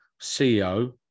CEO